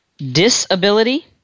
Disability